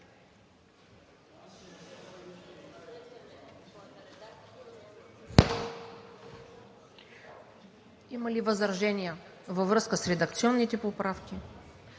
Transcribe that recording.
Има ли възражения във връзка с редакционните поправки?